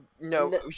No